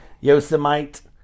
Yosemite